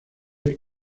ver